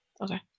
Okay